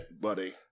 buddy